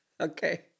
Okay